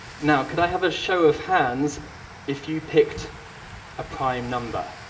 now, could i have a show of hands if you picked a prime number?